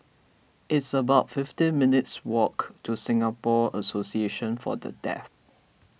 it's about fifty minutes' walk to Singapore Association for the Deaf